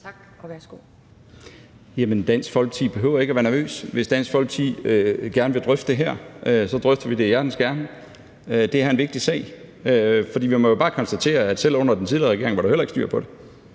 (fg.): Jamen Dansk Folkeparti behøver ikke at være nervøs. Hvis Dansk Folkeparti gerne vil drøfte det her, drøfter vi det hjertens gerne. Det her er en vigtig sag. Vi må jo bare konstatere, at selv under den tidligere regering var der heller ikke styr på det.